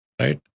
right